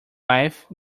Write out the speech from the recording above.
life